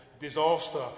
disaster